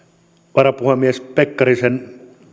varapuhemies pekkarisen